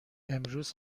امروز